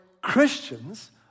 Christians